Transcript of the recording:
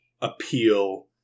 appeal